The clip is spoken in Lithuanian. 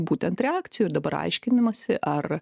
būtent reakcijų ir dabar aiškinamasi ar